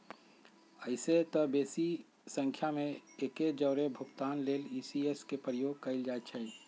अइसेए तऽ बेशी संख्या में एके जौरे भुगतान लेल इ.सी.एस के प्रयोग कएल जाइ छइ